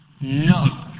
No